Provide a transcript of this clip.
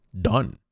done